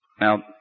Now